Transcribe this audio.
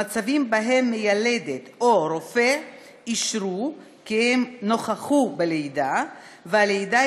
במצבים שבהם מיילדת או רופא אישרו כי הם נכחו בלידה והלידה